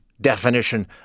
definition